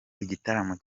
igitaramo